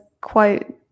quote